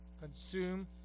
consume